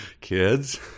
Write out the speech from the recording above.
Kids